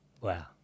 Wow